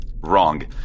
Wrong